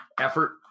effort